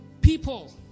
people